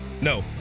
No